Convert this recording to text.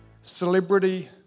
celebrity